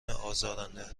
ازارنده